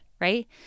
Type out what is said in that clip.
Right